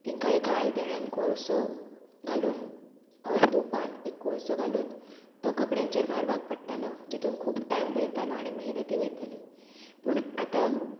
तेंकां एका आयदनान कोळसो घालून ऑर तुपान एक कोळसो घालून तो कपड्यांचेर मारपाक पडटालो जितून खूब टायम पयतालो आनी मेहनतीय वयताली पूण आतां